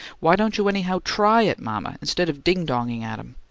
why don't you anyhow try it, mama, instead of ding-donging at him?